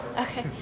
Okay